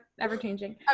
Ever-changing